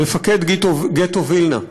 מפקד גטו וילנה.